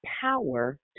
power